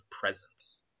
Presence